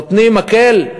נותנים מקל?